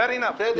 פייר אינאף.